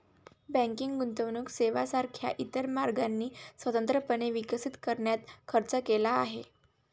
banking गुंतवणूक सेवांसारख्या इतर मार्गांनी स्वतंत्रपणे विकसित करण्यात खर्च केला आहे